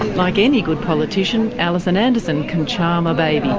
like any good politician, alison anderson can charm a baby.